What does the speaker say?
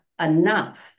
enough